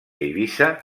eivissa